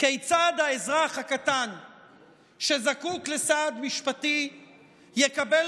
כיצד האזרח הקטן שזקוק לסעד משפטי יקבל